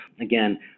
Again